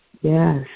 Yes